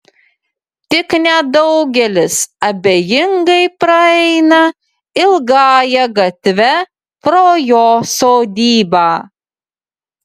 tik nedaugelis abejingai praeina ilgąja gatve pro jo sodybą